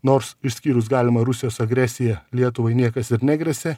nors išskyrus galimą rusijos agresiją lietuvai niekas ir negresia